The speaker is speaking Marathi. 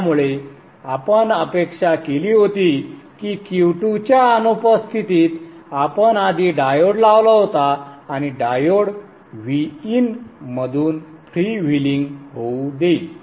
त्यामुळे आपण अपेक्षा केली होती की Q2 च्या अनुपस्थितीत आपण आधी डायोड लावला होता आणि डायोड Vin मधून फ्रीव्हीलिंग होऊ देईल